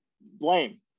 blame